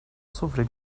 sobre